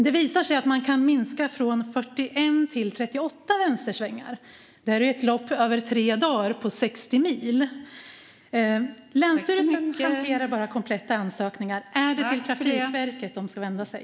Det visar sig att man kan minska från 41 till 38 vänstersvängar. Detta är ett lopp på 60 mil över tre dagar. Länsstyrelsen hanterar bara kompletta ansökningar. Är det till Trafikverket de ska vända sig?